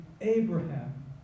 Abraham